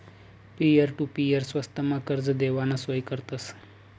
peer to peer स्वस्तमा कर्ज देवाना सोय करतस